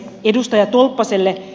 edustaja tolppaselle